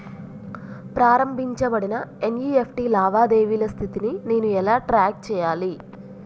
ప్రారంభించబడిన ఎన్.ఇ.ఎఫ్.టి లావాదేవీల స్థితిని నేను ఎలా ట్రాక్ చేయాలి?